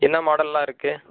என்ன மாடல்லாம் இருக்கு